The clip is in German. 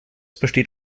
besteht